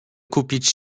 kupić